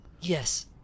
yes